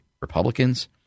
Republicans